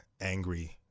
angry